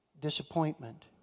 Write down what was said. disappointment